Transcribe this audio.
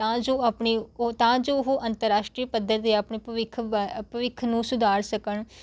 ਤਾਂ ਜੋ ਆਪਣੀ ਤਾਂ ਜੋ ਉਹ ਅੰਤਰਰਾਸ਼ਟਰੀ ਪੱਧਰ 'ਤੇ ਆਪਣੀ ਭਵਿੱਖ ਵ ਭਵਿੱਖ ਨੂੰ ਸੁਧਾਰ ਸਕਣ